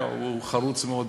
הוא חרוץ מאוד,